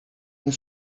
then